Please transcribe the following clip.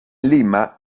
lima